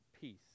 peace